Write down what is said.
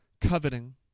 coveting